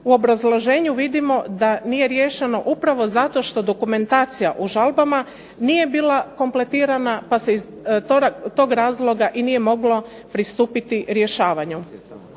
u obrazloženju vidimo da nije riješeno upravo zato što dokumentacija u žalbama nije bila kompletirana pa se iz tog razloga i nije moglo pristupiti rješavanju.